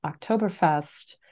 Oktoberfest